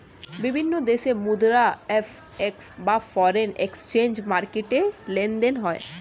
বিভিন্ন দেশের মুদ্রা এফ.এক্স বা ফরেন এক্সচেঞ্জ মার্কেটে লেনদেন হয়